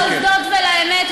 בוא תקשיב קצת לעובדות ולאמת,